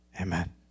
Amen